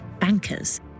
bankers